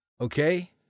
Okay